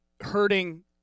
hurting